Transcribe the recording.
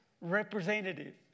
representative